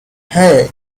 hey